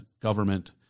government